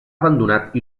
abandonat